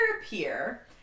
appear